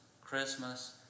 Christmas